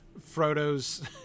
Frodo's